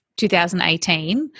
2018